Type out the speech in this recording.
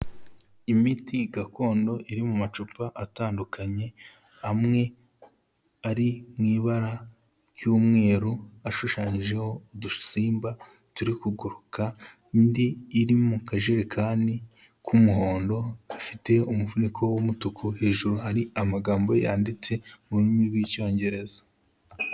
Imiti gakondo iri mu macupa atandukanye, amwe ari mu ibara ry'umweru ashushanyijeho udusimba turi kuguruka, indi iri mu kajerekani k'umuhondo afite umuvuniko w'umutuku, hejuru hari amagambo yanditse mu rurimi rw'Icyongereza.